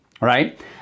right